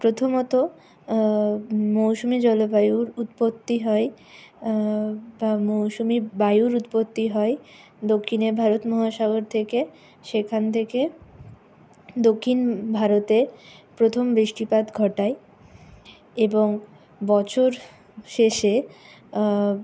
প্রথমত মৌসুমি জলবায়ুর উৎপত্তি হয় বা মৌসুমি বায়ুর উৎপত্তি হয় দক্ষিণের ভারত মহাসাগর থেকে সেখান থেকে দক্ষিণ ভারতে প্রথম বৃষ্টিপাত ঘটায় এবং বছর শেষে